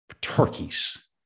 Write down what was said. turkeys